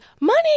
money